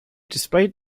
displayed